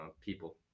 people